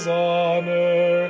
honor